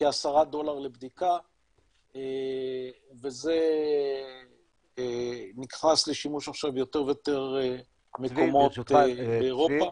כ-10 דולר לבדיקה וזה נכנס לשימוש עכשיו ביותר ויותר מקומות באירופה,